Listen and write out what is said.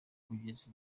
kugeza